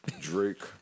Drake